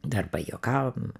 dar pajuokavom